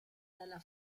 dalla